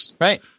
Right